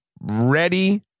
ready